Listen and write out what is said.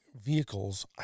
vehicles